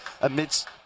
amidst